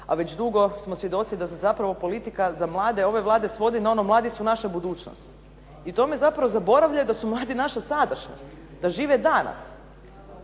a već dugo smo svjedoci da se zapravo politika za mlade ove Vlade svodi na ono mladi su naša budućnost i u tome zapravo zaboravljaju da su naši mladi naša sadašnjost, da žive danas.